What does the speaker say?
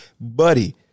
Buddy